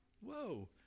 Whoa